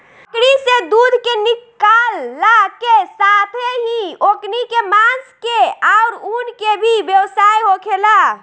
बकरी से दूध के निकालला के साथेही ओकनी के मांस के आउर ऊन के भी व्यवसाय होखेला